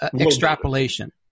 extrapolation